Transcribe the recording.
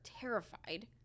terrified